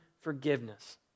forgiveness